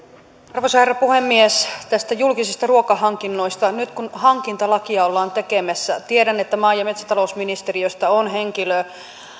arvoisa herra puhemies näistä julkisista ruokahankinnoista nyt kun hankintalakia ollaan tekemässä tiedän että maa ja metsätalousministeriöstä on henkilö